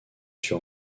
sur